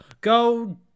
go